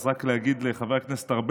אז רק להגיד לחבר הכנסת ארבל,